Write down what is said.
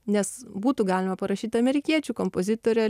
nes būtų galima parašyt amerikiečių kompozitorė